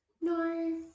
No